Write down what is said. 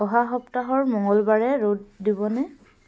অহা সপ্তাহৰ মঙলবাৰে ৰ'দ দিবনে